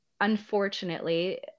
unfortunately